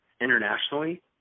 internationally